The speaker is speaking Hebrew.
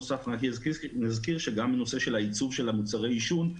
נזכיר גם את נושא עיצוב מוצרי העישון.